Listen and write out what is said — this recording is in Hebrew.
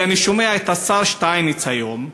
כי אני שומע את השר שטייניץ היום.